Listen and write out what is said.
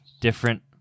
different –